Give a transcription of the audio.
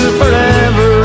forever